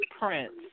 Prince